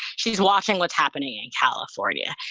she's watching what's happening in california.